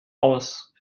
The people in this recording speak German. aus